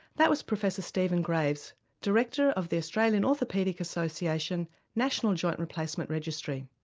that was professor stephen graves, director of the australian orthopaedic association national joint replacement registry.